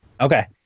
okay